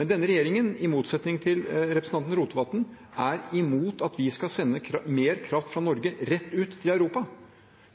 Men denne regjeringen, i motsetning til representanten Rotevatn, er imot at vi skal sende mer kraft fra Norge rett ut til Europa.